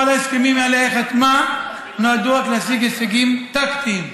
כל ההסכמים שעליהם חתמה נועדו רק להשיג הישגים טקטיים,